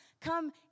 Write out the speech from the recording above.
come